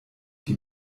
die